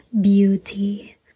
beauty